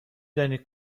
دانید